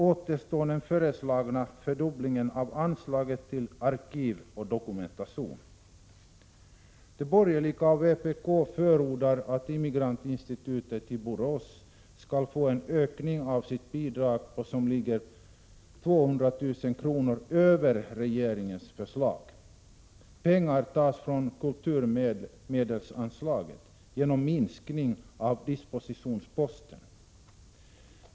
Återstår så den föreslagna fördubblingen av anslaget till arkivoch dokumentationsverksamhet. De borgerliga och vpk förordar att Immigrantinstitutet i Borås skall få en ökning av sitt bidrag som ligger 200 000 kr. över regeringens förslag. Pengarna tas från kulturmedelsanslaget genom minskning av dispositionsposten.